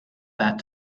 that